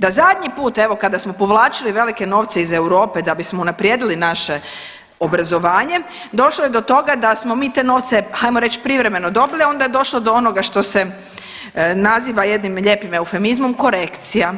Da zadnji put evo kada smo povlačili velike novce iz Europe da bismo unaprijedili naše obrazovanje došlo je do toga da smo mi te novce hajmo reći privremeno dobili, a onda je došlo do onoga što se naziva jednim lijepim eufemizmom korekcija,